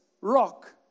rock